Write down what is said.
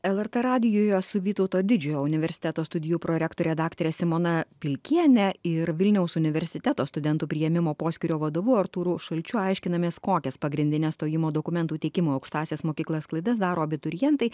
lrt radijoje su vytauto didžiojo universiteto studijų prorektore daktare simona vilkiene ir vilniaus universiteto studentų priėmimo poskyrio vadovu artūru šalčiu aiškinamės kokias pagrindines stojimo dokumentų teikimo aukštąsias mokyklas klaidas daro abiturientai